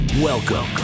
Welcome